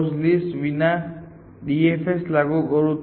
તેથી મૂળભૂત રીતે તે આ દિશા વિના ની જગ્યાનું ડેપ્થ ફર્સ્ટ ટ્રાવર્સલ છે